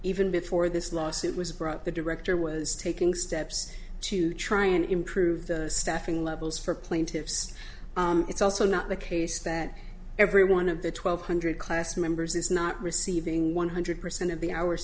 even before this lawsuit was brought the director was taking steps to try and improve the staffing levels for plaintiffs it's also not the case that every one of the twelve hundred class members is not receiving one hundred percent of the our